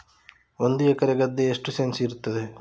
ಒಂದು ಎಕರೆ ಗದ್ದೆ ಎಷ್ಟು ಸೆಂಟ್ಸ್ ಇರುತ್ತದೆ?